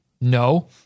No